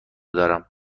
دارم